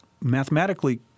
mathematically